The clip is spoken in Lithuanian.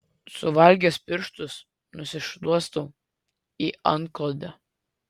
suvalgęs pirštus nusišluostau į antklodę